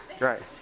Right